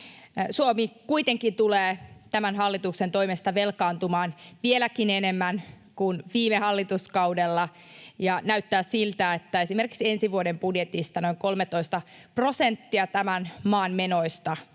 Suomi kuitenkin tulee tämän hallituksen toimesta velkaantumaan vieläkin enemmän kuin viime hallituskaudella, ja näyttää siltä, että esimerkiksi ensi vuoden budjetissa noin 13 prosenttia tämän maan menoista